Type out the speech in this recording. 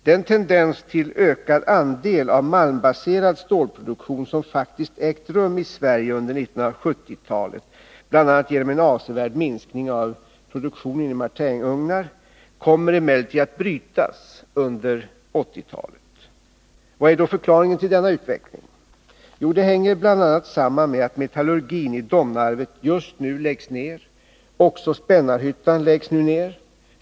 Den tendens till ökad andel av malmbaserad stålproduktion som faktiskt ägt rum i Sverige under 1970-talet, bl.a. genom en avsevärd minskning av produktion i martinugnar, kommer emellertid att brytas under 1980-talet. Vad är då förklaringen till denna utveckling? Jo, det hänger bl.a. samman med att metallurgin i Domnarvet just nu läggs ned. Också Spännarhyttan läggs snart ned.